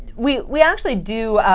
we we actually do.